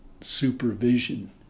supervision